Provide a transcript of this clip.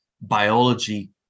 Biology